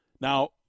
Now